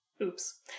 Oops